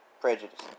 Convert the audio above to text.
prejudice